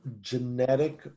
genetic